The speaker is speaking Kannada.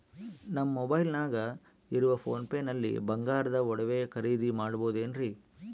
ನಮ್ಮ ಮೊಬೈಲಿನಾಗ ಇರುವ ಪೋನ್ ಪೇ ನಲ್ಲಿ ಬಂಗಾರದ ಒಡವೆ ಖರೇದಿ ಮಾಡಬಹುದೇನ್ರಿ?